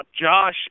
Josh